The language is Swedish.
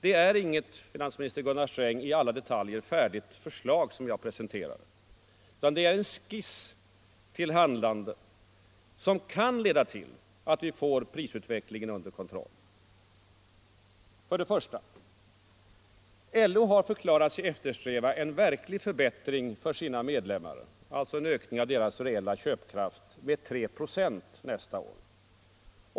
Det är inget, finansminister Gunnar Sträng, i alla detaljer färdigt förslag jag presenterar, utan det är en skiss till ett handlande som kan leda till att vi får prisutvecklingen under kontroll. 1. LO har förklarat sig eftersträva en verklig förbättring för sina medlemmar — alltså en ökning av deras reella köpkraft — med 3 procent nästa år.